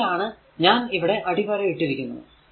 അതിനാലാണ് ഇവിടെ ഞാൻ അടിവര ഇട്ടിരിക്കുന്നത്